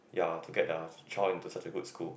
ya to get their child into such a good school